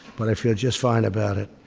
but i feel just fine about it.